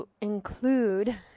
include